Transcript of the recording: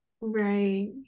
Right